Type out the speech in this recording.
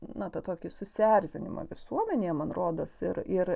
natą tokį susierzinimą visuomenėje man rodos ir ir